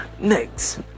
next